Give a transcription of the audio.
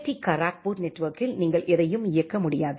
D Kharagpur நெட்வொர்க்கில் நீங்கள் எதையும் இயக்க முடியாது